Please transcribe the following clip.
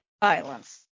violence